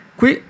qui